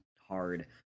hard